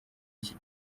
iki